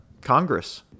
Congress